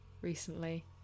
recently